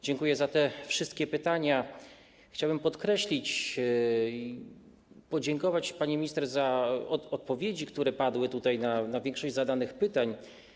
Dziękuję za te wszystkie pytania, chciałbym to podkreślić i podziękować pani minister za odpowiedzi, które tutaj padły, na większość zadanych pytań.